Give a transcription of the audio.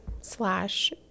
slash